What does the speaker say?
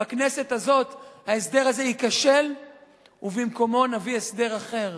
בכנסת הזאת ההסדר הזה ייכשל ובמקומו נביא הסדר אחר.